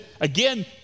again